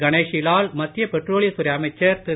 கணேஷி லால் மத்திய பெட்ரோலியத்துறை அமைச்சர் திரு